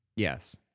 Yes